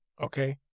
okay